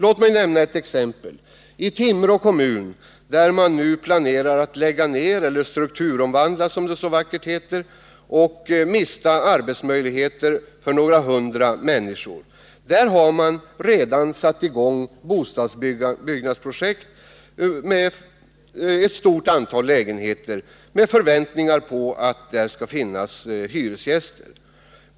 Låt mig ta ett exempel: I Timrå kommun, där man nu planerar att lägga ned — eller strukturomvandla, som det så vackert heter — verksamheter och där man alltså kommer att förlora arbetsmöjligheter för några hundra människor, har man redan satt i gång med bostadsbyggnadsprojekt som gäller ett stort antal lägenheter med förväntningar om att hyresgäster skall finnas.